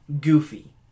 goofy